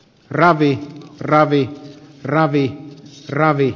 ravit ravi ravi kc ravi